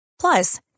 Plus